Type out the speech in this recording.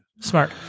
Smart